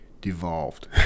devolved